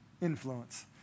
influence